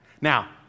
Now